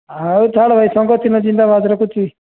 ଆଉ ଛାଡ଼୍ ଭାଇ ଶଙ୍ଖ ଚିହ୍ନ ଜିନ୍ଦାବାଦ୍ ରଖୁଛି